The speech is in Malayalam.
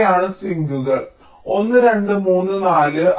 ഇവയാണ് സിങ്കുകൾ 1 2 3 4